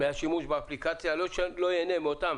מהשימוש באפליקציה, לא ייהנה מאותן